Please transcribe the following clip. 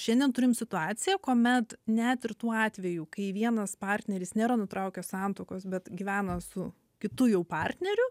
šiandien turim situaciją kuomet net ir tuo atveju kai vienas partneris nėra nutraukęs santuokos bet gyvena su kitu jau partneriu